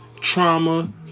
trauma